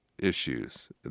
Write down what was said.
issues